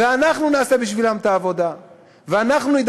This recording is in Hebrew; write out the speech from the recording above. ואנחנו נעשה בשבילם את העבודה,